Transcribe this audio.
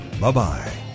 Bye-bye